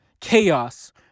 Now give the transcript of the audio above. chaos